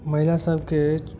महिला सभके